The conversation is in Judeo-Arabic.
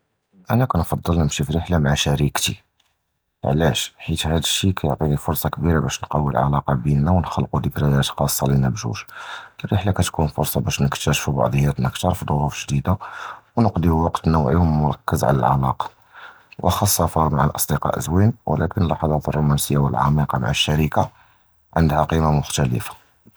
אִנַא קִנְפַדַּל נִמְשִי פְרְחְלָה מַע שַרְכְּתִי, עַלַאש? חִית הַד שִי קִתְּעַטִּי פְרְסָה כְבִּירָה בַּאש נְקַוִּי אִל-עְלַאקָה בֵּינָא וְנַחְלֻק זִכְרִיַאת חֻסּוּסִיָה לִינָא בְּזוּג. אִל-רַחְלָה קִתְּכּוּן פְרְסָה בַּאש נִקְתַּשְּפ בְּעַצְמֵינָא כְתְּר פִי דְ'רֻוף גְ'דִידָה, וְנִקְדִּי וְקְתְעַמְּק פִי אִל-עֲמָאק, וַחְכָּא אִל-סַפַר מַע אִל-אְסְדִיקָא' זְוִינָה, וְלָקִן אִל-לַחַظַאת אִל-רוֹמַנְסִיָּה וְאִל-עַמִיקָה מַע אִל-שַרְכָּה עַנְדְהָא קִיְמְתָה מֻخְתַלִיפָה.